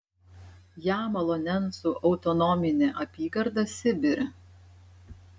jamalo nencų autonominė apygarda sibire